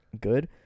good